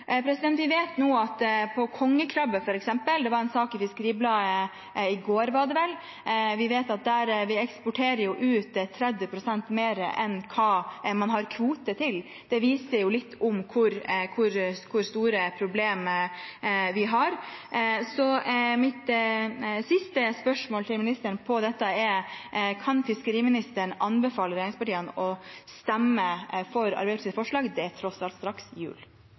Vi vet nå at når det gjelder kongekrabbe, f.eks. – det var en sak i Fiskeribladet i går, var det vel – eksporterer vi 30 pst. mer enn hva man har kvote til. Det viser litt hvor store problemer vi har. Mitt siste spørsmål til ministeren om dette er: Kan fiskeriministeren anbefale regjeringspartiene å stemme for Arbeiderpartiets forslag? Det er tross alt straks jul.